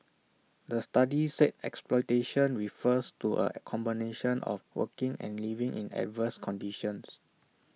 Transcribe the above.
the study said exploitation refers to A combination of working and living in adverse conditions